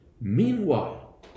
Meanwhile